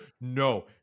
No